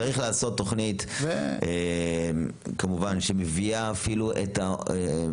צריך לעשות תוכנית שמביאה את העובדים